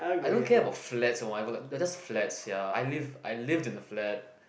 I don't care about flats or whatever like it just flats ya I live I live in the flat